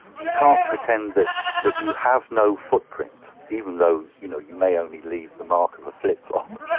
you can't pretend that that you have no footprint, even though you know you may only leave the mark of a flip-flop.